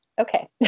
okay